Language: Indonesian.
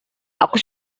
aku